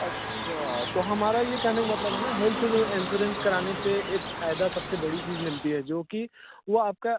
अच्छा तो हमारा ये कहने का मतलब है ना हेल्थ एंश्योरेंस कराने पर एक फ़ायदा सब से बड़ी चीज़ मिलती है जो कि वो आपकी